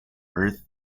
earth